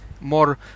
more